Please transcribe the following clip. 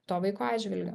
to vaiko atžvilgiu